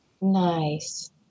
Nice